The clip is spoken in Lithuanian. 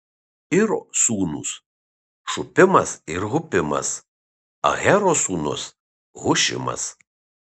iro sūnūs šupimas ir hupimas ahero sūnus hušimas